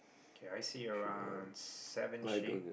K I see around seven sheep